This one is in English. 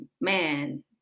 man